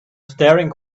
staring